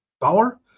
power